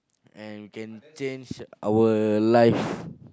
and you can change our life